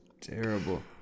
Terrible